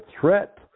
threat